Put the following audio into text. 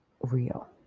real